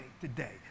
today